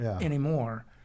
anymore